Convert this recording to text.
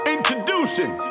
Introducing